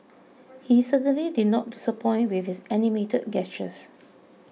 he certainly did not disappoint with his animated gestures